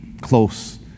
close